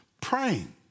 praying